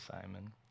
Simon